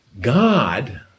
God